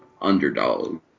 underdog